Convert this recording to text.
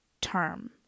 term